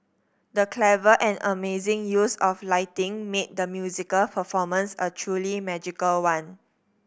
the clever and amazing use of lighting made the musical performance a truly magical one